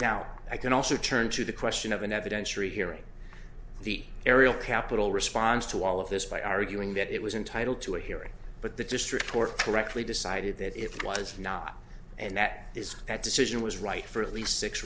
now i can also turn to the question of an evidentiary hearing the ariel capital responds to all of this by arguing that it was entitle to a hearing but the district court correctly decided that it was not and that is that decision was right for at least six